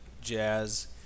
jazz